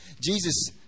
Jesus